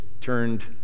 turned